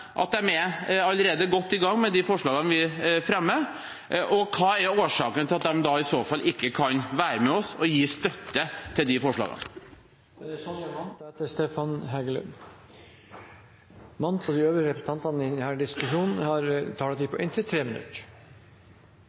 allerede er godt i gang med tiltak i forhold til forslagene vi fremmer. Og hva er årsaken til at de i så fall ikke kan være med og gi støtte til de forslagene? De talere som heretter får ordet, har en taletid på inntil 3 minutter. Det har vært interessant å høre på